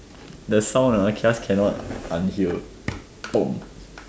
the sound ah just cannot unhear